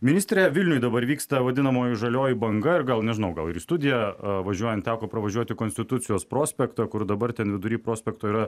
ministre vilniuj dabar vyksta vadinamoji žalioji banga ir gal nežinau gal ir į studiją važiuojant teko pravažiuoti konstitucijos prospektą kur dabar ten vidury prospekto yra